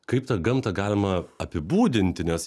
kaip tą gamtą galima apibūdinti nes